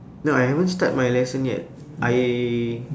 no I haven't start my lesson yet I